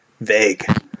vague